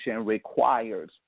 requires